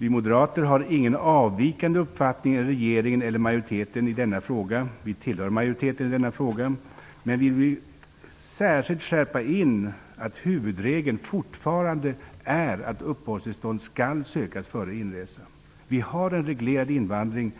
Vi moderater har i denna fråga ingen uppfattning som avviker från regeringens eller majoritetens; vi tillhör majoriteten i den här frågan. Vi vill dock särskilt inskärpa att huvudregeln fortfarande är att uppehållstillstånd skall sökas före inresa. Vi har en reglerad invandring,